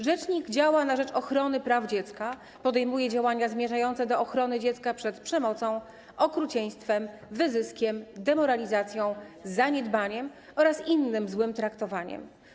Rzecznik działa na rzecz ochrony praw dziecka, podejmuje działania zmierzające do ochrony dziecka przed przemocą, okrucieństwem, wyzyskiem, demoralizacją, zaniedbaniem oraz innym złym traktowaniem.